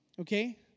Okay